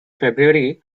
february